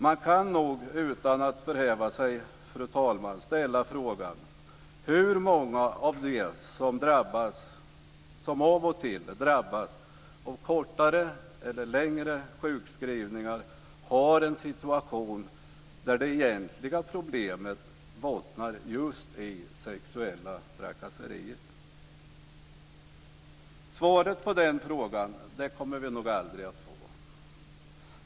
Man kan nog utan att förhäva sig, fru talman, ställa sig frågan hur många av de som av och till drabbas av kortare eller längre sjukskrivningar som har en situation där det egentliga problemet bottnar just i sexuella trakasserier. Svaret på den frågan kommer vi nog aldrig att få.